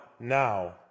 Now